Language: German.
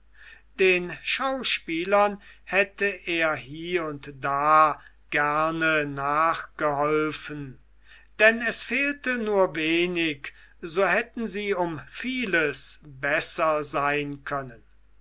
den schauspielern hätte er hie und da gerne nachgeholfen denn es fehlte nur wenig so hätten sie um vieles besser sein können